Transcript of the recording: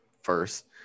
first